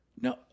No